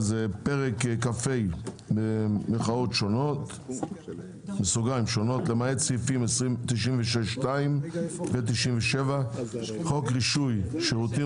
פרק כ"ה (שונות) למעט סעיפים 96(2) ו-97 חוק רישוי שירותים